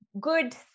good